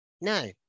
no